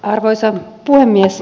arvoisa puhemies